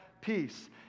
peace